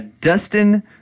Dustin